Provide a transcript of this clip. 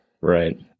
Right